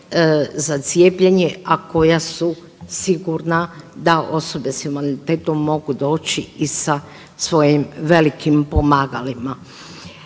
za cijepljenje, a koja su sigurna da osobe s invaliditetom mogu doći i sa svojim velikim pomagalima.